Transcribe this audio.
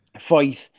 fight